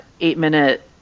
eight-minute